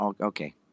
okay